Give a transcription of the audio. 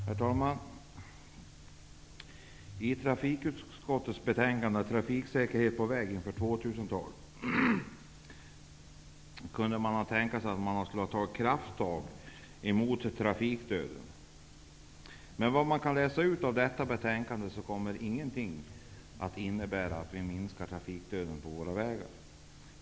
Herr talman! I trafikutskottets betänkande om trafiksäkerheten på vägarna inför 2000-talet kunde man ha tänkt sig att det skulle ha tagits krafttag mot trafikdöden. Vi kan läsa ut i betänkandet att ingenting kommer att innebära att vi kan minska trafikdöden på våra vägar.